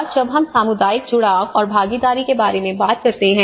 और जब हम सामुदायिक जुड़ाव और भागीदारी के बारे में बात करते हैं